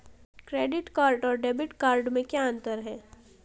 Credit card और debit card में क्या अंतर है?